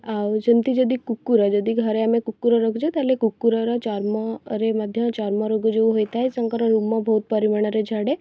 ଆଉ ସେମିତି ଯଦି କୁକୁର ଯଦି ଘରେ ଆମେ କୁକୁର ରଖୁଛେ ତାହେଲେ କୁକୁରର ଚର୍ମରେ ମଧ୍ୟ ଚର୍ମ ରୋଗ ଯେଉଁ ହେଇଥାଏ ତାଙ୍କର ରୁମ ବହୁତ ପରିମାଣରେ ଝଡ଼େ